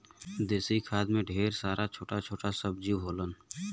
देसी खाद में ढेर सारा छोटा छोटा सब जीव होलन